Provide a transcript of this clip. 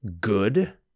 good